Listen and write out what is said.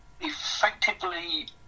effectively